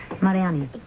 mariani